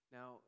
Now